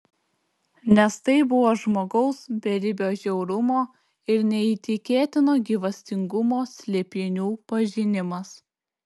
nes tai buvo žmogaus beribio žiaurumo ir neįtikėtino gyvastingumo slėpinių pažinimas